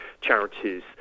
charities